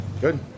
Good